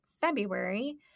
February